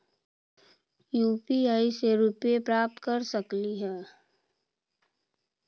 UPI से रुपए प्राप्त कर सकलीहल?